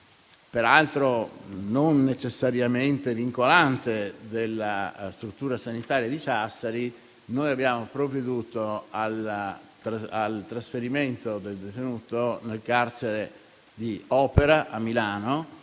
peraltro non necessariamente vincolante, della struttura sanitaria di Sassari, abbiamo provveduto al trasferimento del detenuto nel carcere di Opera a Milano.